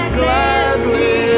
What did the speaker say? gladly